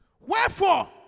Wherefore